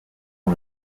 ont